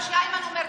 מה שאיימן אומר,